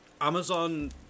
Amazon